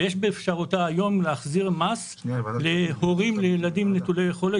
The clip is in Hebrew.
ויש באפשרותה היום להחזיר מס להורים לילדים נטולי יכולת,